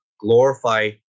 glorify